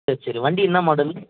சரி சரி வண்டி என்ன மாடல்